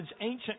ancient